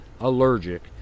allergic